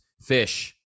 Fish